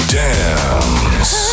dance